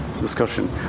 discussion